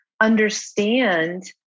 understand